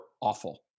awful